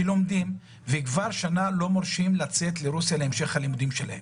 שלומדים וכבר שנה לא מורשים לצאת לרוסיה להמשך הלימודים שלהם.